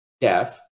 deaf